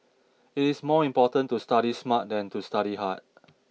it is more important to study smart than to study hard